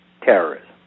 terrorism